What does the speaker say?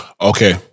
Okay